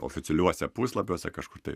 oficialiuose puslapiuose kažkur tai